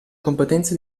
competenza